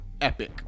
epic